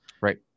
Right